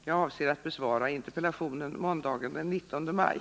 Jag avser att besvara interpellationen måndagen den 19 maj.